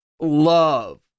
love